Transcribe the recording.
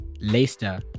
Leicester